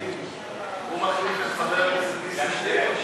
הוא מחליף את חבר הכנסת נסים זאב.